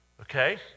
Okay